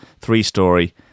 three-story